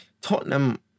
Tottenham